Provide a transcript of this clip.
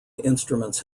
instruments